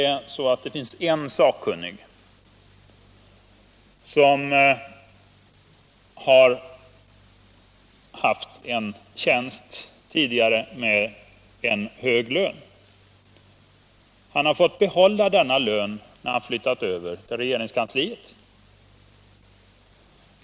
Det finns en sakkunnig som tidigare haft en tjänst med hög lön. Han har fått behålla denna lön när han flyttat över till regeringskansliet.